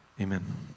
amen